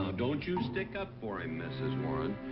ah don't you stick up for him, mrs. warren.